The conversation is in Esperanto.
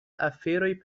aferoj